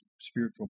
spiritual